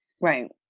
Right